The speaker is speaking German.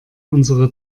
unsere